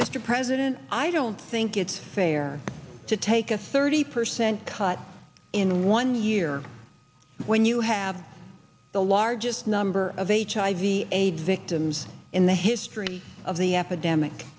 mr president i don't think it's fair to take a thirty percent cut in one year when you have the largest number of hiv aids victims in the history of the epidemic